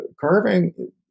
carving